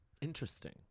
Interesting